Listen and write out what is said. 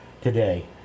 today